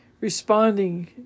responding